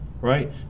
right